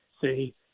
see